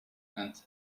and